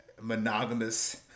monogamous